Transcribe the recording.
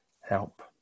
help